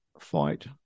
fight